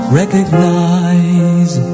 recognize